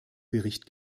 bericht